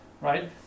right